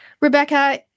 Rebecca